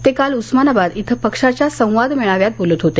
ते काल उस्मानाबाद इथं पक्षाच्या संवाद मेळाव्यात बोलत होते